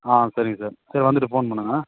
ஆ சரிங்க சார் சரி வந்துட்டு ஃபோன் பண்ணுங்கள்